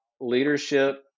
leadership